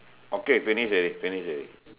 okay finish already finish already